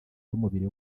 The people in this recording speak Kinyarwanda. y’umubiri